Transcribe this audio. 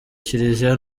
kiliziya